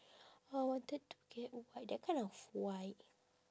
I wanted to get white that kind of white